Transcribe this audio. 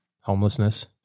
homelessness